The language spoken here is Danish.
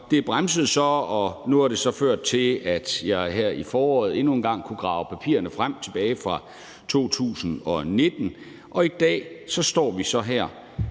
så bremset, og det har så nu ført til, at jeg her i foråret endnu en gang kunne grave papirerne frem tilbage fra 2019, og i dag står vi så her